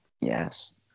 Yes